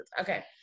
Okay